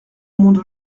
monde